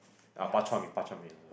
ah bak-chor-mee bak-chor-mee also